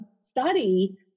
study